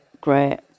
great